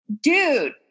dude